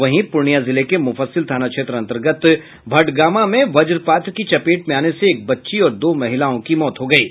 वहीं पूर्णिया जिले के मुफस्सिल थाना क्षेत्र अंतर्गत भटगामा में वज्रपात की चपेट में आने से एक बच्ची और दो महिलाओं की मौत हो गयी